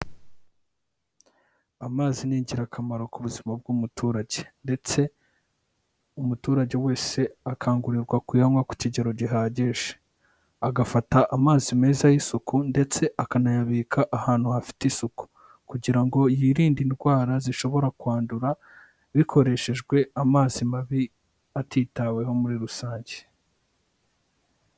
Amazi ni ingirakamaro ku buzima bw'umuturage, ndetse umuturage wese akangurirwa kuyanywa ku kigero gihagije, agafata amazi meza y'isuku, ndetse akanayabika ahantu hafite isuku, kugira ngo yirinde indwara zishobora kwandura bikoreshejwe amazi mabi atitaweho muri rusange.